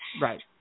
Right